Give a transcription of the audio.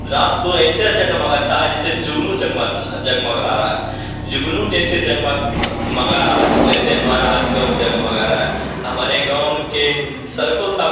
रात को ऐसा जगमगाता है जैसे जुगनू जगमता जगमगा रहा है जुगनू जैसे जगमा मगा रहा है वैसे हमारा आज गाँव जगमगा रहा है हमारे गाँव में के सड़को